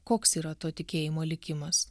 koks yra to tikėjimo likimas